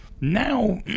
Now